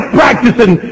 practicing